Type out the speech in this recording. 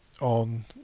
on